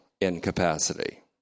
incapacity